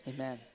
Amen